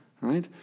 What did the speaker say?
right